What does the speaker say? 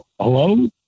hello